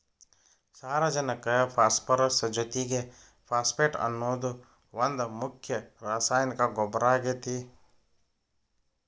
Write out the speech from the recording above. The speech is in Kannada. ಸಾರಜನಕ ಪಾಸ್ಪರಸ್ ಜೊತಿಗೆ ಫಾಸ್ಫೇಟ್ ಅನ್ನೋದು ಒಂದ್ ಮುಖ್ಯ ರಾಸಾಯನಿಕ ಗೊಬ್ಬರ ಆಗೇತಿ